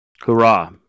Hurrah